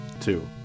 two